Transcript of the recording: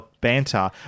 banter